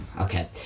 Okay